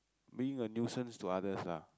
being a nuisance to others lah